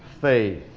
faith